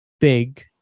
big